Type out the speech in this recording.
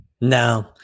No